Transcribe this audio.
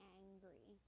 angry